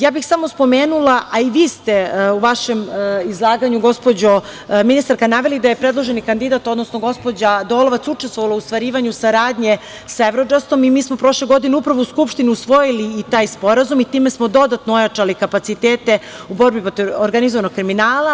Ja bih samo spomenula, a i vi ste u vašem izlaganju, gospođo ministarka, naveli da je predloženi kandidat, odnosno gospođa Dolovac, učestvovala u ostvarivanju saradnje sa Evrodžastom i mi smo prošle godine upravo u Skupštini usvojili taj sporazum i time smo dodatno ojačali kapacitete u bori protiv organizovanog kriminala.